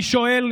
אני שואל,